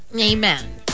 Amen